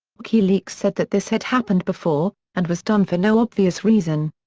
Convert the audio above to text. wikileaks said that this had happened before, and was done for no obvious reason.